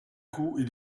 coup